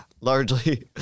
largely